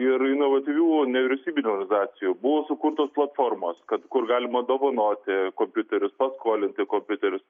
ir inovatyvių nevyriausybinių organizacijų buvo sukurtos platformos kad kur galima dovanoti kompiuterius paskolinti kompiuterius